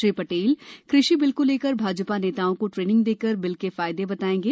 श्री पटेल कृषि बिल को लेकर भाजपा नेताओं को ट्रेनिंग देकर बिल के फायदे बताएंगे